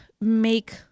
make